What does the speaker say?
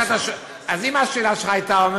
אז אם השאלה שלך הייתה,